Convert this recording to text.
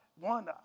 one